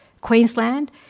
Queensland